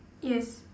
yes